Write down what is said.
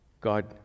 God